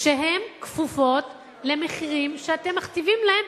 שהן כפופות למחירים שאתם מכתיבים להן,